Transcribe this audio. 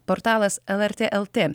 portalas lrt lt